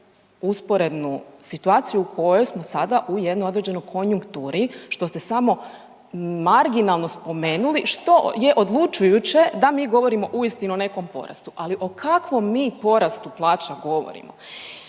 usporednu situaciju u kojoj smo sada u jednoj određenoj konjukturi što ste samo marginalno spomenuli što je odlučujuće da mi govorimo uistinu o nekom porastu. Ali o kakvom mi porastu plaća govorimo?